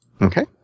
Okay